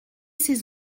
ces